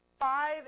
five